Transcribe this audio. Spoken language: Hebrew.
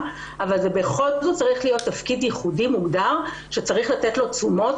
אבל זה בכל זאת צריך להיות תפקיד ייחודי מוגדר שצריך לתת לו תשומות.